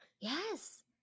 yes